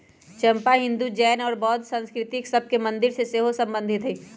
चंपा हिंदू, जैन और बौद्ध संस्कृतिय सभ के मंदिर से सेहो सम्बन्धित हइ